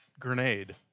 Grenade